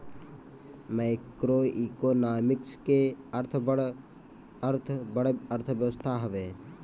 macroeconomics के अर्थ बड़ अर्थव्यवस्था हवे